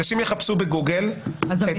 אנשים יחפשו בגוגל --- אגב,